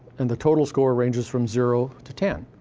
and the total score ranges from zero to ten.